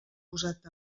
posat